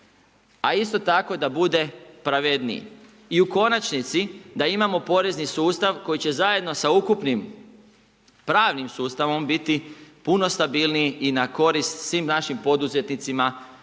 a isto tako da bude pravedniji. I u konačnici da imamo porezni sustav koji će zajedno sa ukupnim pravnim sustavom biti puno stabilniji i na korist svim našim poduzetnicima